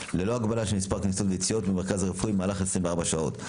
ללא הגבלה של מספר כניסות ויציאות מהמרכז הרפואי במהלך 24 שעות.